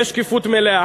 יש שקיפות מלאה.